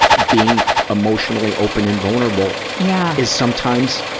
being emotionally open and vulnerable. yeah is sometimes,